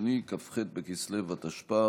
בכסלו התשפ"א,